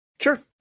Sure